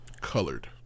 Colored